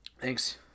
Thanks